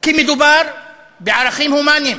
כי מדובר בערכים הומניים.